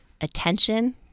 attention